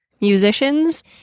musicians